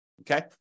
okay